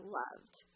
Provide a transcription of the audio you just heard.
loved